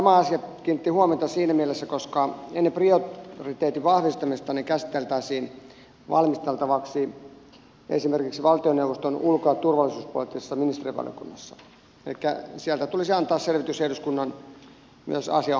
tämä asia kiinnitti huomiota siinä mielessä että ennen prioriteettien vahvistamista ne käsiteltäisiin valmistelevasti esimerkiksi valtioneuvoston ulko ja turvallisuuspoliittisessa ministerivaliokunnassa elikkä sieltä tulisi antaa selvitys myös eduskunnan asianomaisille henkilöille